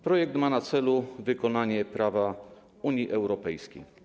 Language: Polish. Projekt ma na celu wykonanie prawa Unii Europejskiej.